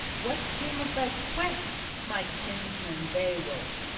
what came of thy quest, my kinsman beowulf,